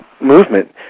movement